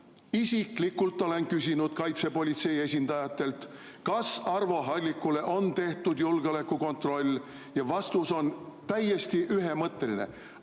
Isiklikult olen küsinud kaitsepolitsei esindajatelt, kas Arvo Hallikule on tehtud julgeolekukontroll. Ja vastus on täiesti ühemõtteline: